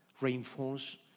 Reinforce